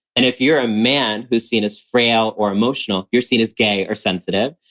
and if you're a man who's seen as frail or emotional, you're seen as gay or sensitive.